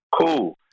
Cool